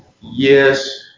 Yes